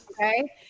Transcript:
Okay